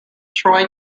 troy